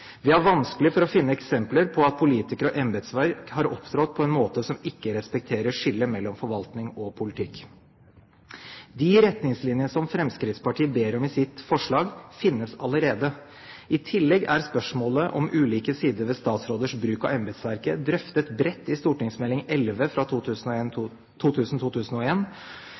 Vi har vanskelig for å finne eksempler på at politikere og embetsverk har opptrådt på en måte som ikke respekterer skillet mellom forvaltning og politikk. De retningslinjene som Fremskrittspartiet ber om i sitt forslag, finnes allerede. I tillegg er spørsmålet om ulike sider ved statsråders bruk av embetsverket drøftet bredt i